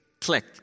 click